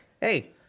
Hey